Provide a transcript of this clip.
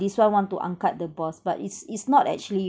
this one want to angkat the boss but it's it's not actually